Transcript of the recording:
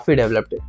developed